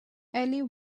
ellie